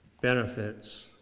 benefits